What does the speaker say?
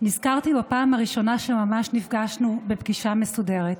נזכרתי בפעם הראשונה שממש נפגשנו בפגישה מסודרת.